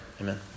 Amen